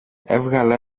έβγαλε